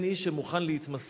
אין איש שמוכן להתמסר,